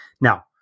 Now